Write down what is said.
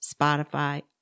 Spotify